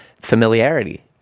familiarity